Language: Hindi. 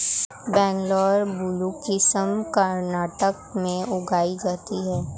बंगलौर ब्लू किस्म कर्नाटक में उगाई जाती है